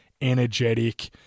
energetic